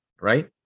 right